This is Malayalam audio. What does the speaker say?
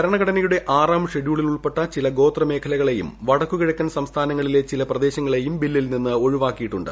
ഭരണഘടനയുടെ ആറാം ഷെഡ്യൂളിൽ ഉൾപ്പെട്ട ചില ഗോത്രമേഖലകളെയും വടക്കുകിഴക്കൻ സംസ്ഥാനങ്ങളിലെ ചില പ്രദേശങ്ങളെയും ബില്ലിൽ നിന്ന് ഒഴിവാക്കിയിട്ടുണ്ട്